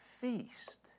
feast